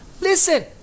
listen